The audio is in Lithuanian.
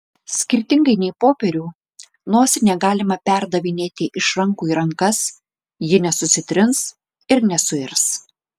skirtingai nei popierių nosinę galima perdavinėti iš rankų į rankas ji nesusitrins ir nesuirs